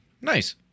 nice